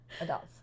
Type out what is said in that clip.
adults